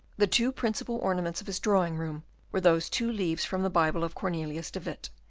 the two principal ornaments of his drawing-room were those two leaves from the bible of cornelius de witt,